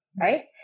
right